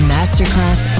Masterclass